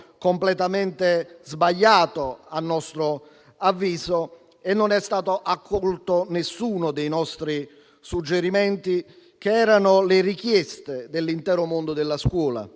completamente sbagliato, a nostro avviso) e non è stato accolto nessuno dei nostri suggerimenti, che riflettevano le richieste dell'intero mondo della scuola,